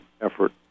effort